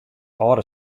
âlde